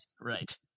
Right